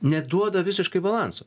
neduoda visiškai balanso